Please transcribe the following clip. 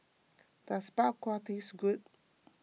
does Bak Kwa tastes good